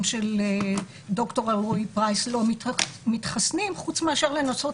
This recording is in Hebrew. של דוקטור אלרעי פרייס לא מתחסנים חוץ מאשר לנסות